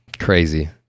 crazy